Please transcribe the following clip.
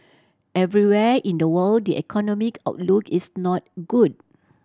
everywhere in the world the economic outlook is not good